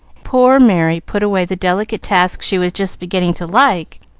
poor merry put away the delicate task she was just beginning to like,